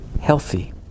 healthy